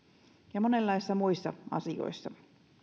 ja monenlaisissa muissa asioissa